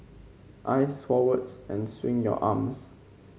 eyes forwards and swing your arms